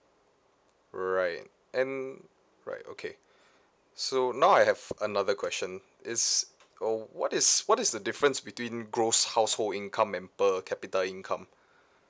right and right okay so now I have another question it's oh what is what is the difference between gross household income and per capita income